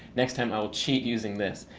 next time i will cheat using this.